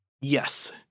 Yes